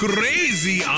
Crazy